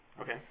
Okay